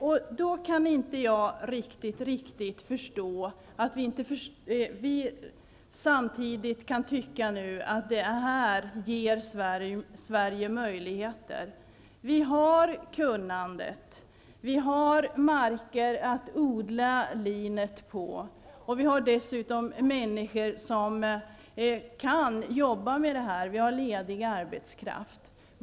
Jag kan inte riktigt förstå att man inte kan tycka att detta ger Sverige möjligheter. Vi har kunnandet. Vi har marker att odla linet på, och vi har dessutom människor som kan jobba med detta. Vi har ledig arbetskraft.